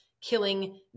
killing